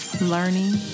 learning